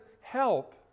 help